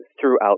throughout